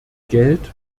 geld